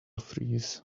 freeze